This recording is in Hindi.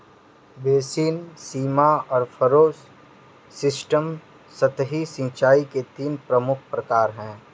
बेसिन, सीमा और फ़रो सिस्टम सतही सिंचाई के तीन प्रमुख प्रकार है